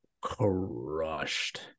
crushed